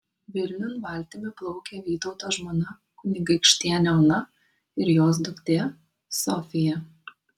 vilniun valtimi plaukia vytauto žmona kunigaikštienė ona ir jos duktė sofija